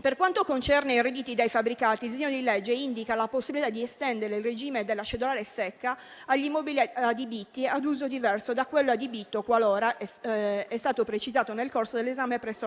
Per quanto concerne i redditi da fabbricati, il disegno di legge indica la possibilità di estendere il regime della cedolare secca agli immobili adibiti ad uso diverso da quello adibito qualora - è stato precisato nel corso dell'esame presso la